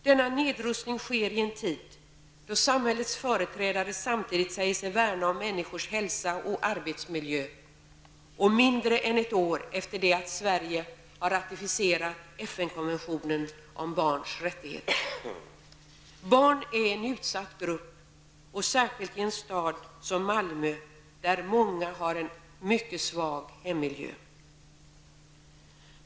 Denna nedrustning sker i en tid då samhällets företrädare säger sig värna om människors hälsa och arbetsmiljö och mindre än ett år efter det att Sverige har ratificerat FN Barn är en utsatt grupp, särskilt i en stad som Malmö där många har en mycket svag hemmiljö.